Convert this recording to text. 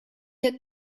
had